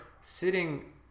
sitting